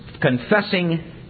confessing